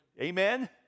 Amen